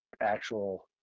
actual